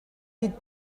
dit